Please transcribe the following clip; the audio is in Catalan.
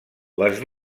les